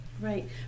right